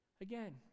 Again